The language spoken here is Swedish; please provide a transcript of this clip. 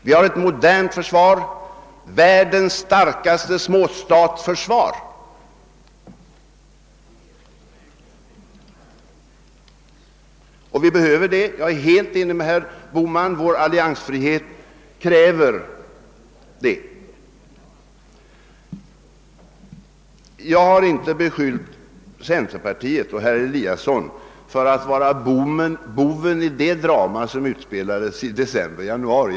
Vi har ett modernt försvar — världens starkaste småstatsförsvar — och vi behöver det. Jag är helt enig med herr Bohman om att vår alliansfrihet kräver det. Jag har inte beskyllt centerpartiet — och herr Eliasson i Sundborn — för att vara boven i det drama som utspelades i december och januari.